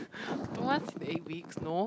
two months is eight weeks no